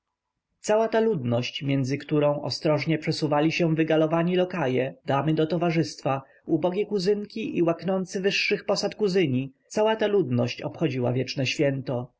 cała ta ludność między którą ostrożnie przesuwali się wygalonowani lokaje damy do towarzystwa ubogie kuzynki i łaknący wyższych posad kuzyni cała ta ludność obchodziła wieczne święto